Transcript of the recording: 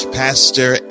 pastor